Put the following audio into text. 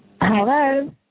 Hello